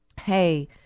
hey